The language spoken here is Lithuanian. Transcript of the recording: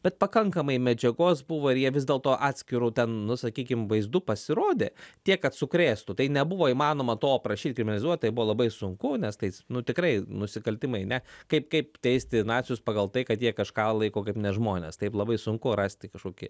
bet pakankamai medžiagos buvo ir jie vis dėlto atskiru nu sakykim vaizdu pasirodė tiek kad sukrėstų tai nebuvo įmanoma to aprašyt kriminalizuot tai buvo labai sunku nes tais nu tikrai nusikaltimai ne kaip kaip teisti nacius pagal tai kad jie kažką laiko kaip ne žmones taip labai sunku rasti kažkokį